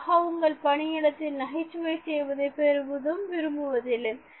பொதுவாக மக்கள் பணியிடத்தில் நகைச்சுவை செய்வதை பெரிதும் விரும்புவதில்லை